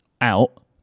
out